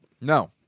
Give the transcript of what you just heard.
no